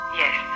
yes